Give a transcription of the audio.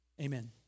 Amen